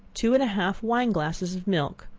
two and a half wine-glasses of milk,